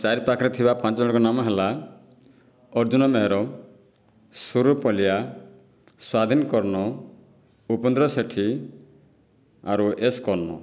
ଚାରି ପାଖରେ ଥିବା ପାଞ୍ଚ ଜଣଙ୍କ ନାମ ହେଲା ଅର୍ଜୁନ ନେହେର ସୁରୁ ପଲିଆ ସ୍ଵାଧୀନ କର୍ଣୁ ଉପେନ୍ଦ୍ର ସେଠୀ ଆରୁ ଏସ୍ କର୍ଣୁ